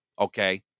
Okay